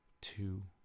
two